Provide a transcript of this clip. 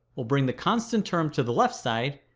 we'll bring the constant term to the left side,